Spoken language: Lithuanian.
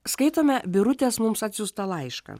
skaitome birutės mums atsiųstą laišką